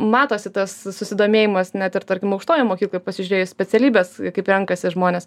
matosi tas susidomėjimas net ir tarkim aukštojoj mokykloj pasižiūrėjus specialybes kaip renkasi žmonės